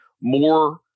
more